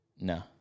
No